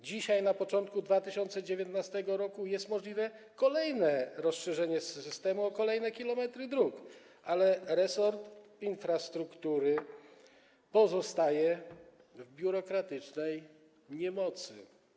Dzisiaj na początku 2019 r. jest możliwe rozszerzenie systemu o kolejne kilometry dróg, ale resort infrastruktury pozostaje w biurokratycznej niemocy.